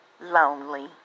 Lonely